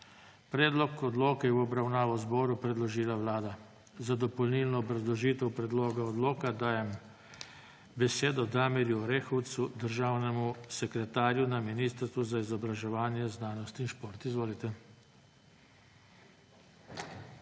Predlog odloka je v obravnavo zboru predložila Vlada. Za dopolnilno obrazložitev predloga odloka dajem besedo državnemu sekretarju na Ministrstvu za izobraževanje, znanost in šport Damirju